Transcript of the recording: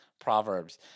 Proverbs